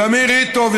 ועמיר ריטוב,